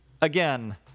again